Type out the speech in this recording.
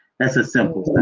that's as simple